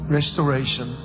restoration